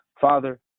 Father